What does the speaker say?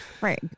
right